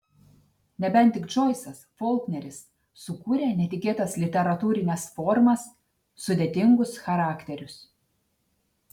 nebent tik džoisas folkneris sukūrę netikėtas literatūrines formas sudėtingus charakterius